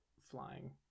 flying